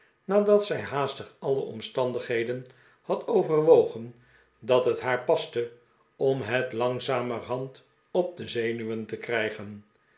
nadat zij haastig alle omstandigheden had overwogen dat het haar paste om het langzamerhand op de zenuwen te krijgen